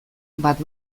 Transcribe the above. bat